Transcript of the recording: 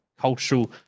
cultural